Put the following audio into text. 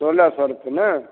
सोलह सए रूपे नहि